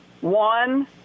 One